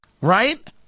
right